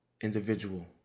individual